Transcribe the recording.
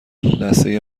لثه